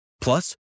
Plus